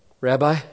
Rabbi